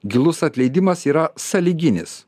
gilus atleidimas yra sąlyginis